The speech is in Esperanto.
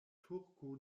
turko